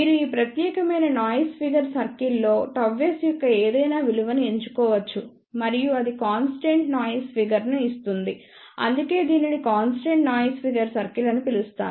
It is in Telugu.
మీరు ఈ ప్రత్యేకమైన నాయిస్ ఫిగర్ సర్కిల్లో ΓS యొక్క ఏదైనా విలువను ఎంచుకోవచ్చు మరియు అది కాన్స్టెంట్ నాయిస్ ఫిగర్ ను ఇస్తుంది అందుకే దీనిని కాన్స్టెంట్ నాయిస్ ఫిగర్ సర్కిల్ అని పిలుస్తారు